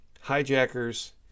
hijackers